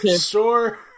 sure